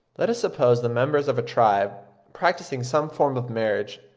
let us suppose the members of a tribe, practising some form of marriage,